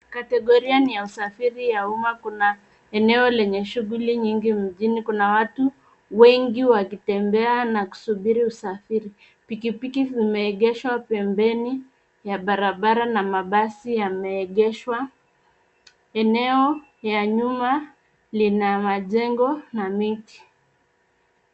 Kategoria ni ya usafiri wa umma. Kuna eneo lenye shughuli nyingi mjini. Kuna watu wengi wakitembea na kusubiri usafiri. Pikipiki zimeegeshwa pembeni mwa barabara na mabasi yameegeshwa. Eneo la nyuma lina majengo na miti.